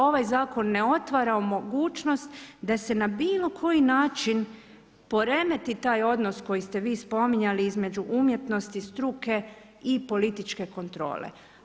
Ovaj zakon ne otvara mogućnost, da se na bilo koji način poremeti taj odnos koji ste vi spominjali između umjetnosti i struke i političke kontrole.